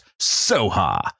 Soha